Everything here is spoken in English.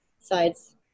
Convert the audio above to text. sides